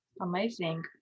amazing